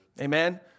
Amen